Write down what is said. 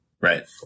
right